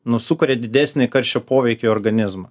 nu sukuria didesnį karščio poveikį organizmą